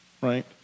right